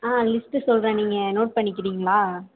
ஆ list சொல்லுறேன் நீங்கள் note பண்ணிக்கிறிங்களா